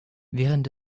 während